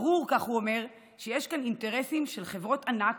ברור, כך הוא אומר, שיש כאן אינטרסים של חברות ענק